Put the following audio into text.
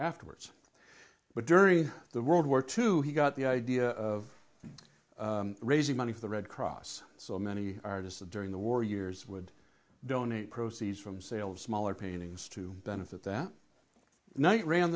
afterwards but during the world war two he got the idea of raising money for the red cross so many artists during the war years would donate proceeds from sale of smaller paintings to benefit that knight ran